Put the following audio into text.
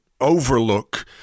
overlook